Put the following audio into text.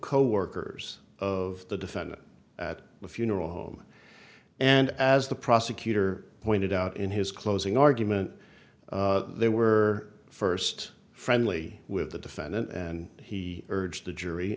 coworkers of the defendant at the funeral home and as the prosecutor pointed out in his closing argument they were first friendly with the defendant and he urged the jury